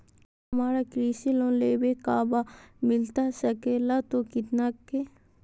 क्या हमारा कृषि लोन लेवे का बा मिलता सके ला तो कितना के?